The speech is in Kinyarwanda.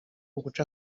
uguca